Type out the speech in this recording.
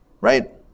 Right